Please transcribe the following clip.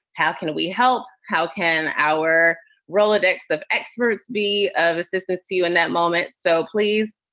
how can we help? how can our rolodex of experts be of assistance to you in that moment? so please,